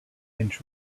inch